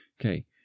Okay